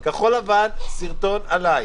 כחול לבן סרטון עלי.